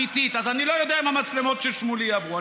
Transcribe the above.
אז אני לא יודע אם המצלמות של שמולי יעברו,